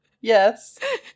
Yes